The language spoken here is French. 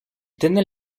tenait